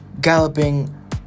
galloping